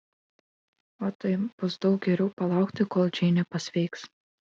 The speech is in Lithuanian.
o taip bus daug geriau palaukti kol džeinė pasveiks